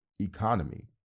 economy